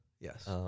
Yes